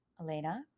Elena